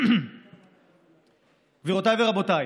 גבירותיי ורבותיי,